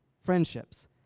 friendships